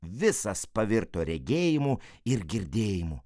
visas pavirto regėjimu ir girdėjimu